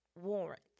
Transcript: warrant